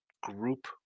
group